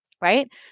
Right